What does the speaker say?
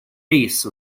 ace